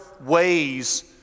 ways